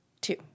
Two